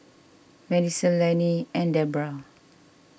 Madyson Lannie and Debrah